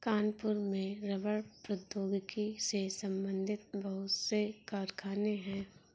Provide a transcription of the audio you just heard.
कानपुर में रबड़ प्रौद्योगिकी से संबंधित बहुत से कारखाने है